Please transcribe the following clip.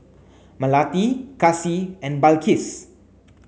Melati Kasih and Balqis